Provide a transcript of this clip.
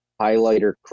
Highlighter